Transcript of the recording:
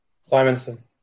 Simonson